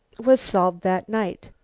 was solved that night.